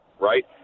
Right